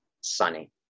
sunny